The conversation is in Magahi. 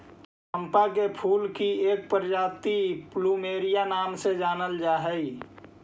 चंपा के फूल की एक प्रजाति प्लूमेरिया नाम से जानल जा हई